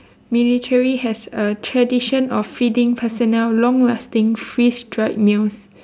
military has a tradition of feeding personnel long lasting freeze dried meals